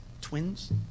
twins